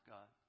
God